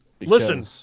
Listen